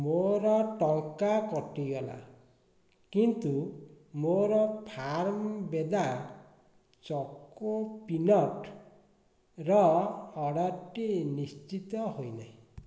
ମୋର ଟଙ୍କା କଟିଗଲା କିନ୍ତୁ ମୋର ଫାର୍ମ୍ବେଦା ଚକୋପିନଟ୍ର ଅର୍ଡ଼ର୍ଟି ନିଶ୍ଚିତ ହୋଇନାହିଁ